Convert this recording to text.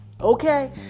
Okay